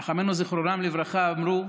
חכמינו זיכרונם לברכה, אמרו: